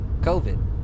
COVID